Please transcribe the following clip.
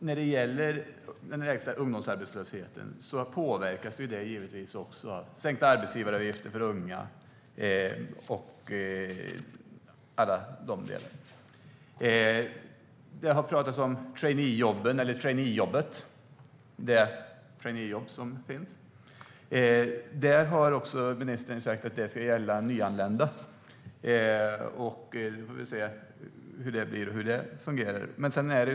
När det gäller att ha den lägsta ungdomsarbetslösheten påverkas det givetvis också av sänkta arbetsgivaravgifter för unga och alla de delarna. Det har talats om traineejobben - eller snarare traineejobbet, alltså det traineejobb som finns. Ministern har sagt att det ska gälla även nyanlända, och vi får se hur det blir och hur det fungerar.